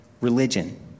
Religion